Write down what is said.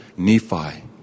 Nephi